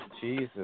Jesus